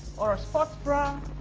or sport bra